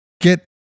get